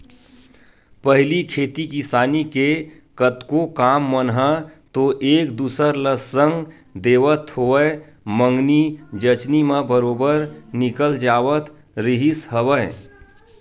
पहिली खेती किसानी के कतको काम मन ह तो एक दूसर ल संग देवत होवय मंगनी जचनी म बरोबर निकल जावत रिहिस हवय